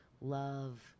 love